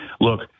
look